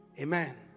Amen